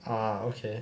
ah okay